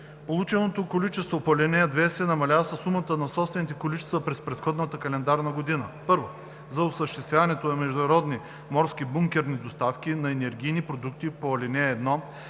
Полученото количество по ал. 2 се намалява със сумата на собствените количества през предходната календарна година: 1. за осъществяването на международни морски бункерни доставки на енергийните продукти по ал. 1